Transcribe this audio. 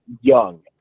Young